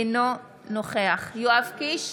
אינו נוכח יואב קיש,